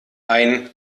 ein